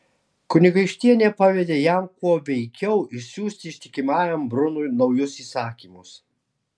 kunigaikštienė pavedė jam kuo veikiau išsiųsti ištikimajam brunui naujus įsakymus